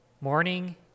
morning